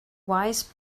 wise